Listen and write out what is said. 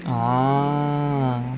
a'ah